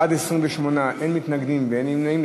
בעד, 28, אין מתנגדים ואין נמנעים.